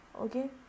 Okay